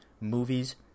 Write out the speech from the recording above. movies